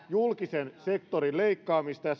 julkisen sektorin leikkaamista ja